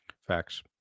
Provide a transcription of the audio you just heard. facts